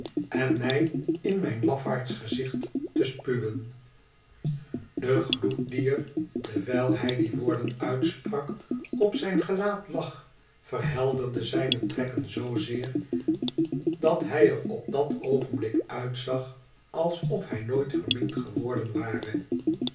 en mij in mijn lafaards gezicht te spuwen de gloed die er terwijl hij die woorden uitsprak op zijn gelaat lag verhelderde zijne trekken zoo zeer dat hij er op dat oogenblik uitzag alsof hij nooit verminkt geworden ware